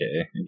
okay